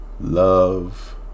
love